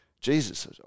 Jesus